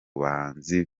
bahanzi